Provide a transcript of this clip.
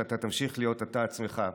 שאתה תמשיך להיות אתה עצמך,